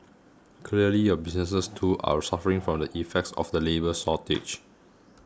clearly your businesses too are suffering from the effects of the labour shortage